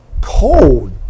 cold